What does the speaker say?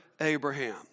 Abraham